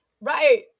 right